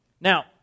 Now